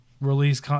release